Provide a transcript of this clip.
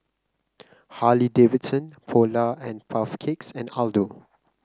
Harley Davidson Polar and Puff Cakes and Aldo